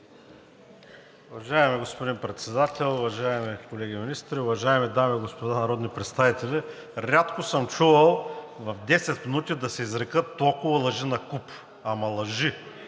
Уважаеми господин Председател, уважаеми колеги министри, уважаеми дами и господа народни представители! Рядко съм чувал в 10 минути да се изрекат толкова лъжи накуп. Ама лъжи!